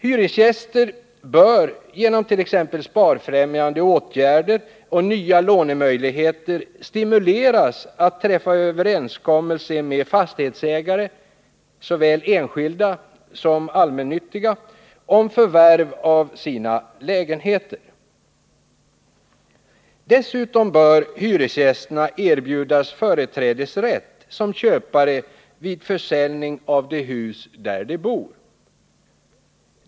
Hyresgäster bör genom t.ex. sparfrämjande åtgärder och nya lånemöjligheter stimuleras att träffa överenskommelse med fastighetsägare, såväl enskilda som allmännyttiga, om förvärv av sina lägenheter. Dessutom bör hyresgästerna erbjudas företrädesrätt som köpare vid försäljning av det hus de bor i.